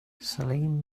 salim